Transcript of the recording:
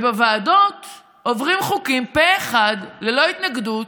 בוועדות עוברים חוקים פה אחד ללא התנגדות